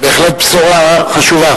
בהחלט בשורה חשובה.